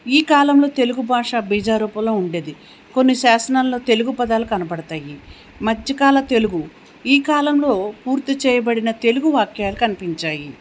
ఈ కాలంలో తెలుగు భాష బీజాారూపలో ఉండేది కొన్ని శాసనాల్లో తెలుగు పదాలు కనబడతాయి మధ్యకాల తెలుగు ఈ కాలంలో పూర్తి చేయబడిన తెలుగు వాక్యాలు కనిపించాయి